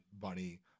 bunny